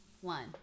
one